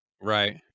Right